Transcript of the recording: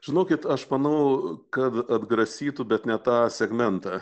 žinokit aš manau kad atgrasytų bet ne tą segmentą